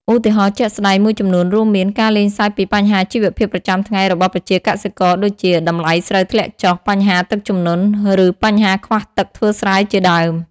ឧទាហរណ៍ជាក់ស្ដែងមួយចំនួនរួមមាន ការលេងសើចពីបញ្ហាជីវភាពប្រចាំថ្ងៃរបស់ប្រជាកសិករដូចជា តម្លៃស្រូវធ្លាក់ចុះ បញ្ហាទឹកជំនន់ ឬបញ្ហាខ្វះទឹកធ្វើស្រែជាដើម។